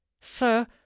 sir